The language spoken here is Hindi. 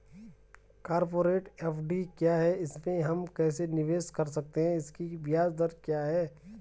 कॉरपोरेट एफ.डी क्या है इसमें हम कैसे निवेश कर सकते हैं इसकी ब्याज दर क्या है?